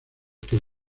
que